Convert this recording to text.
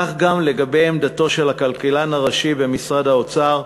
כך גם לגבי עמדתו של הכלכלן הראשי במשרד האוצר,